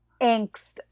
angst